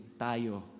tayo